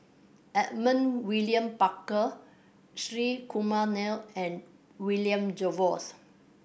Edmund William Barker Shri Kumar Nair and William Jervois